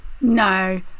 no